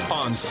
on